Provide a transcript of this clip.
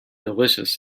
delicious